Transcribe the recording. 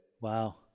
Wow